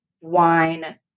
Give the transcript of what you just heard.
wine